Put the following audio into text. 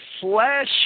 flesh